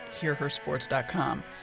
hearhersports.com